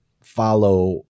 follow